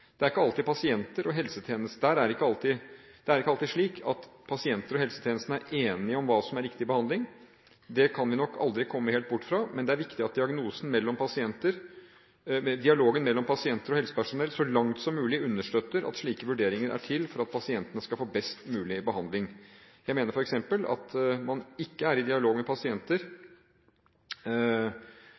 Det er ikke alltid slik at pasienter og helsetjenesten er enige om hva som er riktig behandling. Det kan vi nok aldri komme helt bort fra. Men det er viktig at dialogen mellom pasienter og helsepersonell så langt som mulig understøtter at slike vurderinger er til for at pasientene skal få best mulig behandling. Jeg mener f.eks. at man i dialog med pasienter